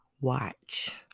Watch